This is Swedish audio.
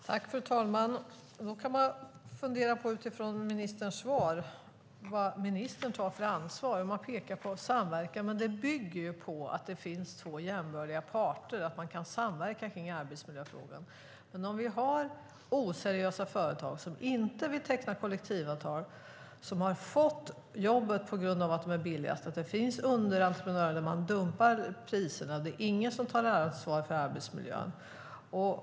Fru talman! Utifrån ministerns svar kan man fundera på vilket ansvar ministern tar, när hon pekar på samverkan. Att man kan samverka kring arbetsmiljöfrågan bygger ju på att det finns två jämbördiga parter. Men vi har oseriösa företag som inte vill teckna kollektivavtal, som har fått jobbet på grund av att de är billiga och där det finns underentreprenörer och där priserna dumpas och ingen tar ansvar för arbetsmiljön.